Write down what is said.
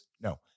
No